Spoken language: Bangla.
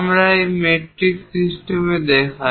আমরা এটি মেট্রিক সিস্টেমে দেখাই